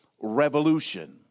revolution